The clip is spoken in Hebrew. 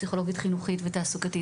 פסיכולוגית חינוכית ותעסוקתית,